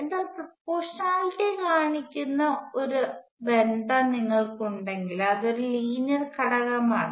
അതിനാൽ പ്രൊപ്പോഷണാലിറ്റി കാണിക്കുന്ന ഒരു ബന്ധം നിങ്ങൾക്കുണ്ടെങ്കിൽ അത് ഒരു ലീനിയർ ഘടകമാണ്